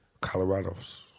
Colorado's